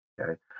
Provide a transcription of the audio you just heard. okay